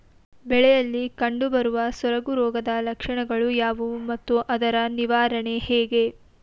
ಬೆಳೆಯಲ್ಲಿ ಕಂಡುಬರುವ ಸೊರಗು ರೋಗದ ಲಕ್ಷಣಗಳು ಯಾವುವು ಮತ್ತು ಅದರ ನಿವಾರಣೆ ಹೇಗೆ?